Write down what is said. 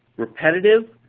repetitive,